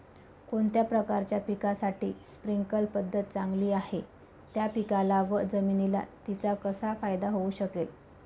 कोणत्या प्रकारच्या पिकासाठी स्प्रिंकल पद्धत चांगली आहे? त्या पिकाला व जमिनीला तिचा कसा फायदा होऊ शकेल?